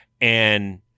And-